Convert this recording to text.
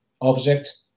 object